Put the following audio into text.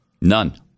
None